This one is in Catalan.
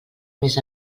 més